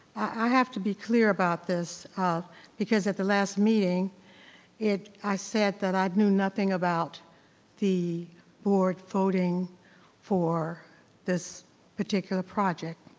i have to be clear about this, because at the last meeting it, i said that i knew nothing about the board voting for this particular project,